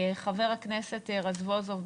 חבר הכנסת רזבוזוב,